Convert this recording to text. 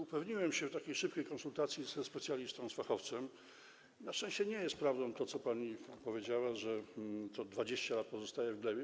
Upewniłem się w takiej szybkiej konsultacji ze specjalistą, z fachowcem, że na szczęście nie jest prawdą, to, co pani powiedziała, że to 20 lat pozostaje w glebie.